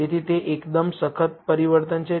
તેથી તે એકદમ સખત પરિવર્તન છે